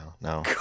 no